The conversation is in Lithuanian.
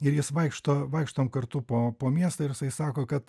ir jis vaikšto vaikštom kartu po po miestą ir jisai sako kad